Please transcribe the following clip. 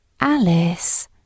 alice